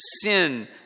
sin